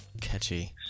catchy